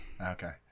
Okay